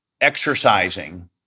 exercising